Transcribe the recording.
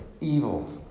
evil